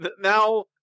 now